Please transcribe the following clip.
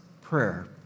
Prayer